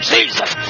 Jesus